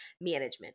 management